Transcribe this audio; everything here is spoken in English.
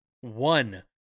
One